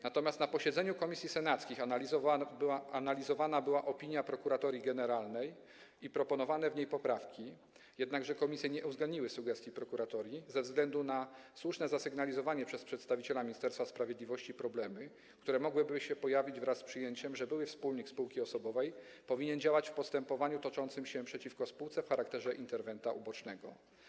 Natomiast na posiedzeniu komisji senackich analizowana była opinia Prokuratorii Generalnej i proponowane w niej poprawki, jednakże komisje nie uwzględniły sugestii prokuratorii ze względu na słusznie zasygnalizowane przez przedstawiciela Ministerstwa Sprawiedliwości problemy, które mogłyby się pojawić wraz z przyjęciem, że były wspólnik spółki osobowej powinien działać w postępowaniu toczącym się przeciwko spółce w charakterze interwenienta ubocznego.